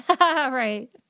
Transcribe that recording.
Right